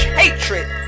hatred